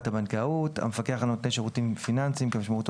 הבנקאות; "המפקח על נותני שירותים פיננסיים" כמשמעותו